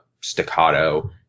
staccato